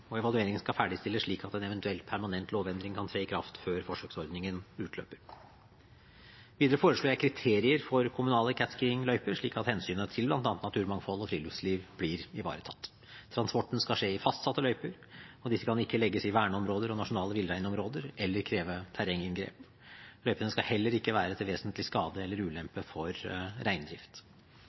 og evalueringen skal ferdigstilles slik at en eventuell permanent lovendring kan tre i kraft før forsøksordningen utløper. Videre foreslår jeg kriterier for kommunale catskiing-løyper, slik at hensynet til bl.a. naturmangfold og friluftsliv blir ivaretatt. Transporten skal skje i fastsatte løyper, og de kan ikke legges i verneområder og nasjonale villreinområder eller kreve terrenginngrep. Løypene skal heller ikke være til vesentlig skade eller ulempe for